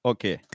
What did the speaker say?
Okay